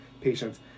patients